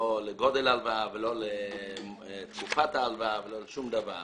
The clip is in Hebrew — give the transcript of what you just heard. לא לגודל ההלוואה ולא לתקופת ההלוואה ולא לשום דבר.